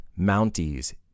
mounties